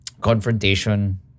confrontation